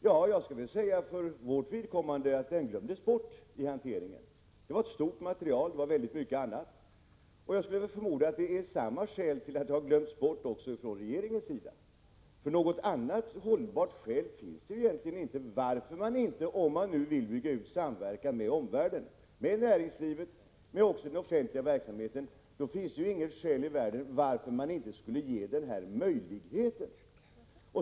Ja, jag skall för vårt vidkommande säga att den glömdes bort i hanteringen. Det var ett stort material. Det innehöll väldigt mycket annat. Jag skulle förmoda att den av samma skäl har glömts bort även av regeringen. Det finns inget hållbart skäl i världen för att man, om man vill bygga ut samverkan med omvärlden, med näringslivet och den offentliga verksamheten, inte skulle ge den här möjligheten.